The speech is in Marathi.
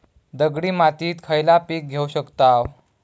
दगडी मातीत खयला पीक घेव शकताव?